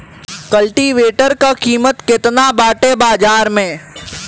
कल्टी वेटर क कीमत केतना बाटे बाजार में?